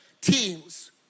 teams